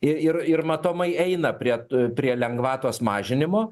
ir ir ir matomai eina prie t prie lengvatos mažinimo